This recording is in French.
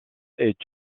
est